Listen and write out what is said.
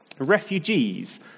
Refugees